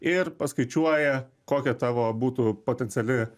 ir paskaičiuoja kokia tavo būtų potenciali